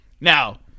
Now